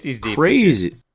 crazy –